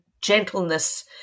gentleness